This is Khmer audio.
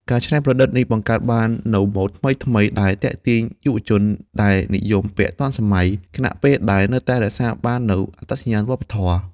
ការច្នៃប្រឌិតនេះបង្កើតបាននូវម៉ូដប្លែកៗ ដែល ទាក់ទាញយុវវ័យ ដែលនិយមភាពទាន់សម័យ ខណៈពេលដែលនៅតែរក្សាបាននូវអត្តសញ្ញាណវប្បធម៌។